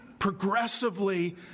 Progressively